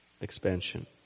expansion